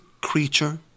creature